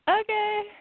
okay